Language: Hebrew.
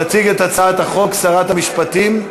תציג את הצעת החוק שרת המשפטים,